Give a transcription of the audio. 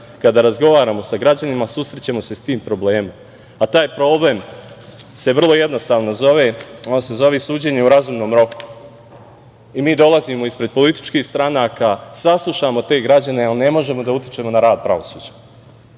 kada razgovaramo sa građanima, susrećemo se s tim problemom, a taj problem se vrlo jednostavno zove, ono se zove - suđenje u razumnom roku. I mi dolazimo ispred političkih stranaka, saslušamo te građane, ali ne možemo da utičemo na rad pravosuđa. Ovo